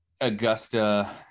Augusta